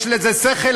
יש לזה שכל,